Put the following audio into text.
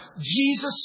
Jesus